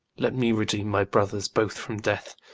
let me redeem my brothers both from death.